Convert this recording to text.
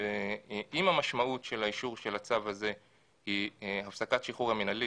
ואם המשמעות של אישור הצו הזה היא הפסקת השחרור המינהלי